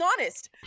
honest